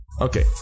Okay